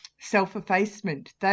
self-effacement